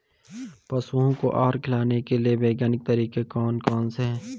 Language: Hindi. पशुओं को आहार खिलाने के लिए वैज्ञानिक तरीके कौन कौन से हैं?